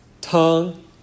tongue